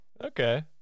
Okay